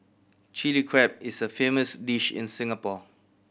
Chilli Crab is a famous dish in Singapore